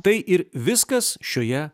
tai ir viskas šioje